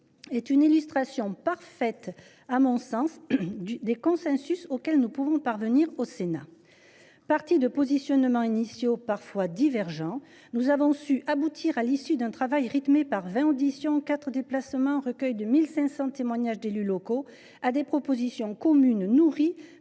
est une illustration parfaite, à mon sens, des consensus auxquels peut parvenir le Sénat. Partis de positions initiales parfois divergentes, nous avons su aboutir, à l’issue d’un travail rythmé – vingt auditions, quatre déplacements, 1 500 témoignages d’élus locaux –, à des propositions communes, nourries